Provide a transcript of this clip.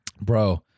Bro